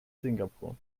singapur